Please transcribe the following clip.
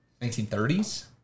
1930s